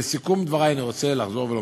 לסיכום דברי אני רוצה לחזור ולומר: